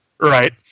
Right